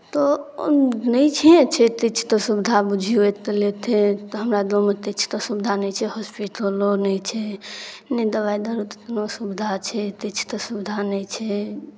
तऽ नहि छै छै तऽ किछुके सुविधा बुझियौ एतय लेखे तऽ हमरा गाँवमे किछुके सुविधा नहि छै हॉस्पिटलो नहि छै नहि दवाइ दारूके कोनो सुविधा छै किछुके सुविधा नहि छै